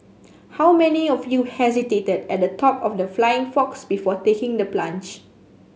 how many of you hesitated at the top of the flying fox before taking the plunge